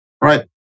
right